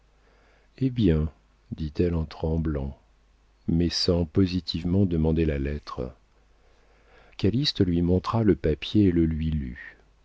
eh bien dit-elle en tremblant mais sans positivement demander la lettre calyste lui montra le papier et le